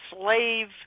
slave